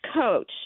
coach